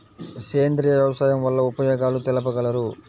సేంద్రియ వ్యవసాయం వల్ల ఉపయోగాలు తెలుపగలరు?